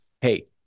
hey